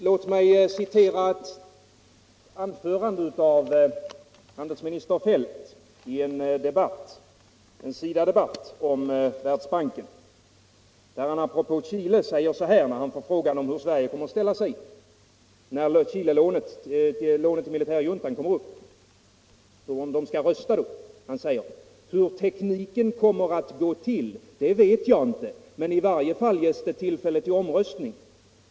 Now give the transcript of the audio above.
Låt mig få citera ett anförande av handelsminister Feldt i en SIDA debatt om Världsbanken, där han apropå Chile säger så här när han får frågan om hur Sverige kommer att ställa sig när Chilelånet till militärjuntan kommer upp och hur Sverige skall rösta då: ”Hur tekniken kommer att gå till, det vet jag inte men i varje fall ges det tillfälle till omröstning.